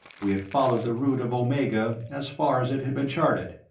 we had followed the route of omega as far as it had been charted,